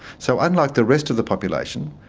so unlike the rest of the population,